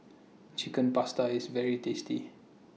Chicken Pasta IS very tasty